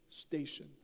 station